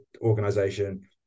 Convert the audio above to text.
organization